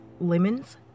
lemons